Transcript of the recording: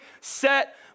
set